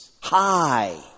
High